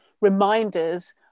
reminders